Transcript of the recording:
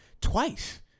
twice